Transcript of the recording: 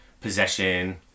possession